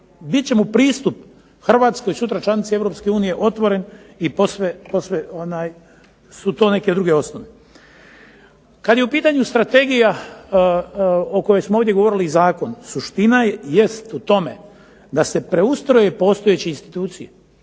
će mu pristup Hrvatskoj sutra članice EU otvoren i posve su to neke druge osnove. Kad je u pitanju strategija o kojoj smo ovdje govorili i zakon, suština jest u tome da se preustroje postojeće institucije.